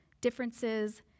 differences